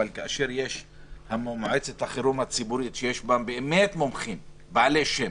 אבל כאשר מועצת החירום הציבורית שיש בה מומחים בעלי שם,